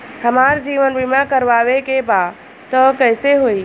हमार जीवन बीमा करवावे के बा त कैसे होई?